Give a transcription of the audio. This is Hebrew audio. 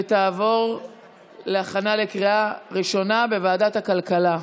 ותעבור להכנה לקריאה ראשונה בוועדת הכלכלה.